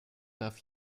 darf